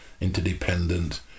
interdependent